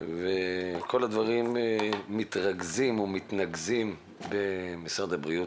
וכל הדברים מתרכזים ומתנקזים למשרד הבריאות.